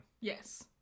Yes